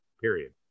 Period